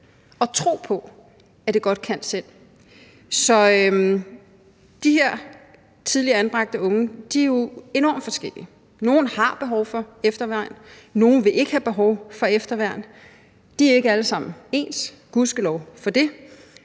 tro på godt kan selv. De her tidligere anbragte unge er jo enormt forskellige. Nogle har behov for efterværn. Nogle vil ikke have behov for efterværn. De er ikke alle sammen ens, gudskelov for det.